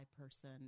person